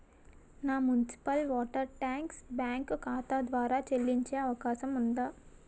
నా municipal water tax bank ఖాతా ద్వారా చెల్లించే అవకాశం ఉందా?